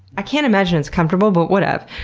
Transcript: i can't imagine it's comfortable, but whatev.